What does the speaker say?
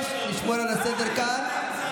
מורשת זה היסטוריה.